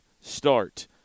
start